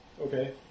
Okay